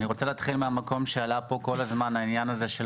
אני רוצה להתחיל מהמקום שעלה פה כל הזמן העניין הזה של